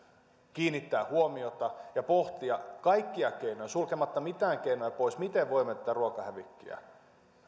kiinnittää huomiota ja pohtia kaikkia keinoja sulkematta mitään keinoja pois miten voimme tätä ruokahävikkiä